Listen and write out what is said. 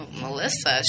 Melissa